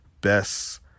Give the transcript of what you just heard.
best